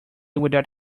without